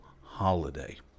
holiday